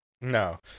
No